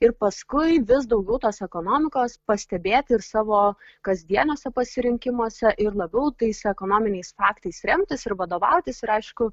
ir paskui vis daugiau tos ekonomikos pastebėti savo kasdieniuose pasirinkimuose ir labiau tais ekonominiais faktais remtis ir vadovautis ir aišku